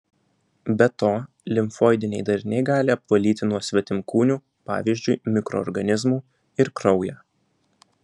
be to limfoidiniai dariniai gali apvalyti nuo svetimkūnių pavyzdžiui mikroorganizmų ir kraują